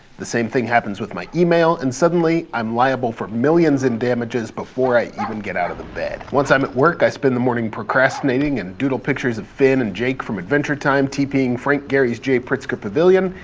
the same thing happens with my email and suddenly, i'm liable for millions in damages before i even get out of the bed. once i'm at work, i spend the morning procrastinating and doodle pictures of finn and jake from adventure time tping frank gehry's jay pritzker pavilion,